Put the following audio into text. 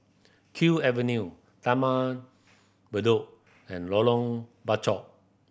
Kew Avenue Taman Bedok and Lorong Bachok